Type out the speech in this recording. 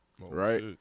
right